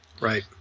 Right